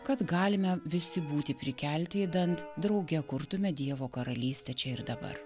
kad galime visi būti prikelti idant drauge kurtume dievo karalystę čia ir dabar